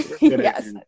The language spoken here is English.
Yes